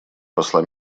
посла